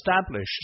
established